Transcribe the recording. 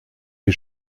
les